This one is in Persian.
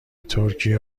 ترکیه